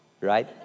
right